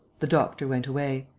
the doctor went away.